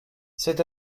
c’est